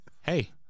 hey